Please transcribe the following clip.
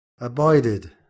abided